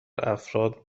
افراد